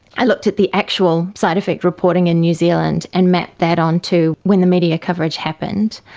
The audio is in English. i looked at the actual side-effect reporting in new zealand and mapped that onto when the media coverage happened.